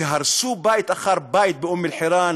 שהרסו בית אחר בית באום-אלחיראן,